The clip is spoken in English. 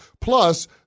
Plus